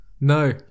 no